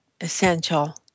essential